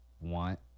want